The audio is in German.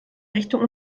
richtung